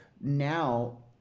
now